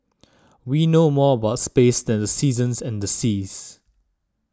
we know more about space than the seasons and the seas